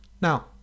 Now